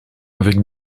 avec